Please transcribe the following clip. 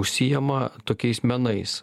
užsiima tokiais menais